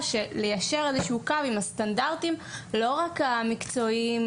כדי ליישר קו עם הסטנדרטים לא רק המקצועיים,